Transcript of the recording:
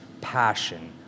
passion